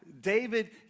David